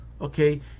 okay